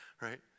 right